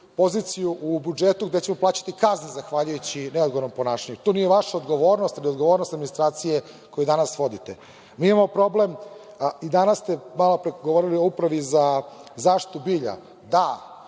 poziciju u budžetu gde ćemo plaćati kazne zahvaljujući neodgovornom ponašanju. To nije vaša odgovornost ili odgovornost administracije koju danas vodite. Mi imamo problem i malopre ste govorili o Upravi za zaštitu bilja. Da,